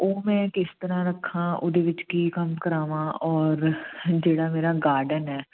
ਉਹ ਮੈਂ ਕਿਸ ਤਰ੍ਹਾਂ ਰੱਖਾਂ ਉਹਦੇ ਵਿੱਚ ਕੀ ਕੰਮ ਕਰਾਵਾਂ ਔਰ ਜਿਹੜਾ ਮੇਰਾ ਗਾਰਡਨ ਹੈ